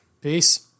peace